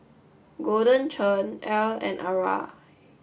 Golden Churn Elle and Arai